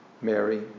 Mary